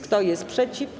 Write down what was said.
Kto jest przeciw?